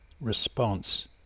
response